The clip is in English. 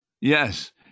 Yes